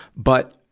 but,